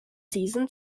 season